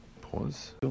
Pause